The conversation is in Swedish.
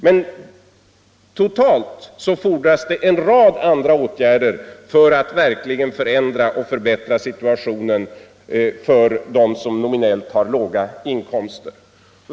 Men totalt fordras det en rad andra åtgärder för att verkligen förändra och förbättra situationen för dem som nominellt har låga inkomster.